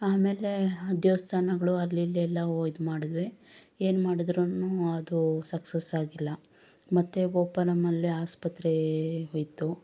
ಆಮೇಲೆ ದೇವ್ಸ್ಥಾನಗಳು ಅಲ್ಲಿ ಇಲ್ಲಿ ಎಲ್ಲಾ ಹೋಗಿ ಇದು ಮಾಡಿದ್ವಿ ಏನು ಮಾಡಿದ್ರುನೂ ಅದು ಸಕ್ಸಸ್ ಆಗಿಲ್ಲ ಮತ್ತೆ ಆಸ್ಪತ್ರೆ ಇತ್ತು